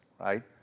right